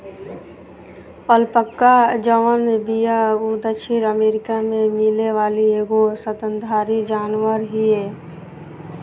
alpaca जवन बिया उ दक्षिणी अमेरिका में मिले वाली एगो स्तनधारी जानवर हिय